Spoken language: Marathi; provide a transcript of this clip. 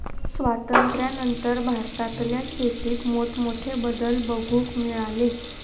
स्वातंत्र्यानंतर भारतातल्या शेतीत मोठमोठे बदल बघूक मिळाले